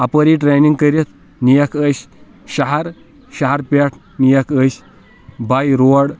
اپٲری ٹرٛینِنٛگ کٔرِتھ نِیَکھ أسۍ شَہَر شَہَر پٮ۪ٹھ نِیَکھ أسۍ بَے روڈ